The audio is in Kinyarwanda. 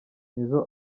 nizzo